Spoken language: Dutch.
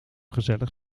gezellig